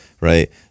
right